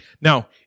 Now